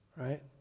Right